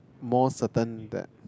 more certain that